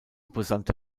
brisante